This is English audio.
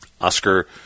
Oscar